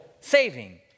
saving